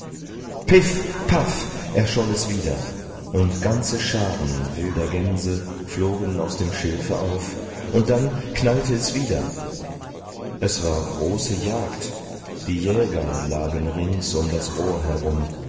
paff erscholl es wieder und ganze scharen wilder gänse flogen aus dem schilfe auf und dann knallte es wieder es war große jagd die jäger lagen rings um das rohr herum